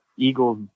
Eagles